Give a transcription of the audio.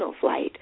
flight